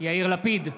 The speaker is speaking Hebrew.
יאיר לפיד,